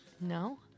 No